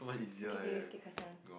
okay okay skip question